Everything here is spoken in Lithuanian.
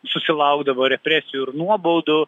susilaukdavo represijų ir nuobaudų